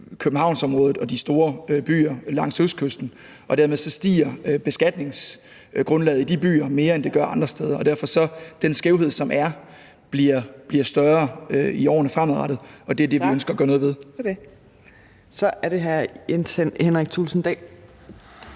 Københavnsområdet og de store byer langs østkysten, og at beskatningsgrundlaget i de byer dermed stiger mere, end det gør andre steder. Og derfor bliver den skævhed, der er, større i årene fremadrettet, og det er det, vi ønsker at gøre noget ved. Kl. 16:25 Fjerde næstformand